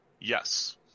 Yes